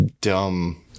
dumb